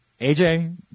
AJ